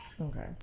Okay